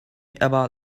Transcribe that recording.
about